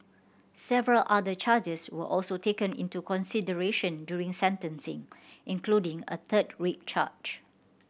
several other charges were also taken into consideration during sentencing including a third rape charge